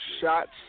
shots